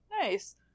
Nice